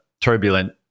turbulent